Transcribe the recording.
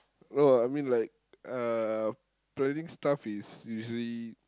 no I mean like uh planning stuff is usually